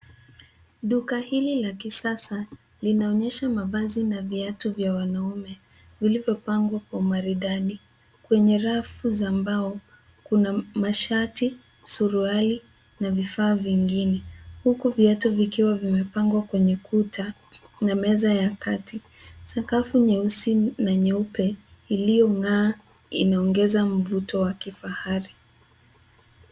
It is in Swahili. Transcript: Duka hili la kisasa, linaonyesha mavazi na viatu vya wanaume, vilivyopangwa kwa maridadi kwenye rafu za mbao. Kuna mashati, suruali na vifaa vingine, huku viatu vikiwa vimepangwa kwenye kuta na meza ya kati. Sakafu nyeusi na nyeupe iliyong'aa inaongeza mvuto wa kifahari.